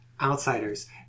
outsiders